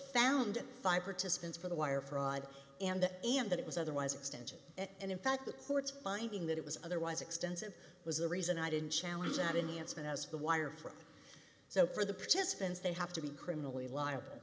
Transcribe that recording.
found five participants for the wire fraud and the and that it was otherwise extension and in fact the courts finding that it was otherwise extensive was the reason i didn't challenge that any unspent as the wire for so for the participants they have to be criminally liable